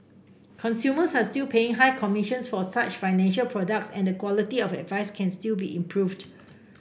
consumers are still paying high commissions for such financial products and the quality of advice can still be improved